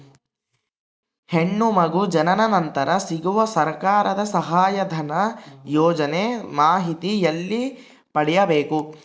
ಹೆಣ್ಣು ಮಗು ಜನನ ನಂತರ ಸಿಗುವ ಸರ್ಕಾರದ ಸಹಾಯಧನ ಯೋಜನೆ ಮಾಹಿತಿ ಎಲ್ಲಿ ಪಡೆಯಬೇಕು?